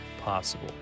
possible